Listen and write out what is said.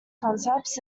concepts